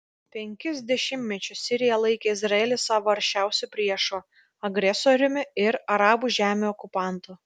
penkis dešimtmečius sirija laikė izraelį savo aršiausiu priešu agresoriumi ir arabų žemių okupantu